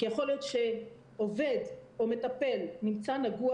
כי יכול להיות שעובד או מטפל נמצא נגוע